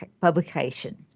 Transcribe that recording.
publication